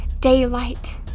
daylight